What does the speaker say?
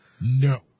No